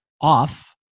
off